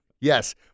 Yes